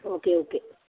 okay okay